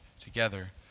together